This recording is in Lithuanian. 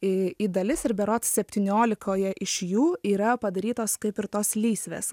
į į dalis ir berods septyniolikoje iš jų yra padarytos kaip ir tos lysvės